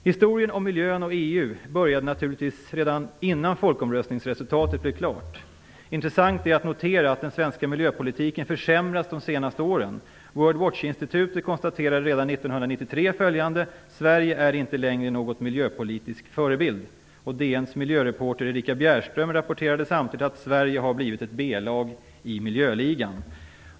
Historien om miljön och EU började naturligtvis redan innan folkomröstningsresultatet blev klart. Intressant att notera är att den svenska miljöpolitiken försämrats de senaste åren. World Watch-institutet konstaterade redan 1993: "Sverige är inte längre någon miljöpolitisk förebild." DN:s miljöreporter Erika Bjerström rapporterade samtidigt att "Sverige har blivit ett B-lag i miljöligan".